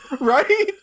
Right